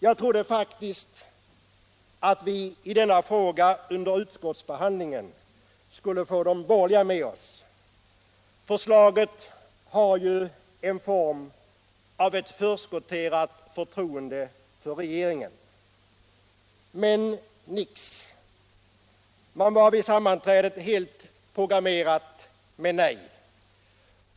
Jag trodde faktiskt att vi i denna fråga under utskottsbehandlingen skulle få de borgerliga med oss — förslaget är ju en form av förskottsförtroende för regeringen. Men nix. Man var vid sammanträdet helt programmerad med nej.